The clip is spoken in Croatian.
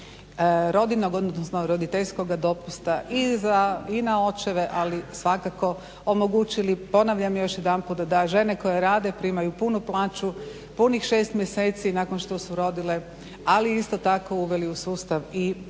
rodiljnog, odnosno roditeljskog dopusta i na očeve, ali svakako omogućili ponavljam još jedanput da žene koje rade primaju punu plaću punih 6 mjeseci nakon što su rodile, ali isto tako uveli u sustav i rodiljne